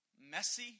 Messy